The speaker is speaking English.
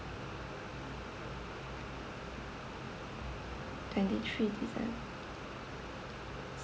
twenty three december